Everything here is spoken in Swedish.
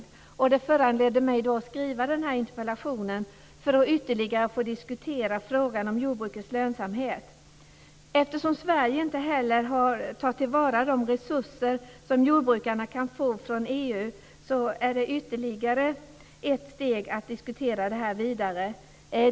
Detta har föranlett mig att skriva denna interpellation för att ytterligare få diskutera frågan om jordbrukets lönsamhet. Eftersom Sverige inte heller tar till vara de resurser jordbrukarna kan få från EU behöver detta diskuteras ytterligare ett steg vidare.